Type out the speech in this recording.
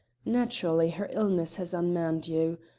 naturally her illness has unmanned you.